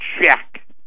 check